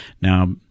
Now